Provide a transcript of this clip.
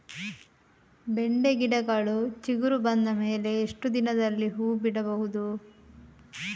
ಬೆಂಡೆ ಗಿಡಗಳು ಚಿಗುರು ಬಂದ ಮೇಲೆ ಎಷ್ಟು ದಿನದಲ್ಲಿ ಹೂ ಬಿಡಬಹುದು?